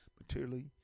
materially